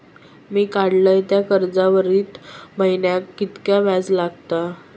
मी काडलय त्या कर्जावरती महिन्याक कीतक्या व्याज लागला?